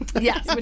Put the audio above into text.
Yes